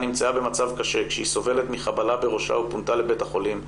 נמצאה במצב קשה כשהיא סובלת מחבלה קשה בראשה ופונתה לבית החולים,